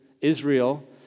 Israel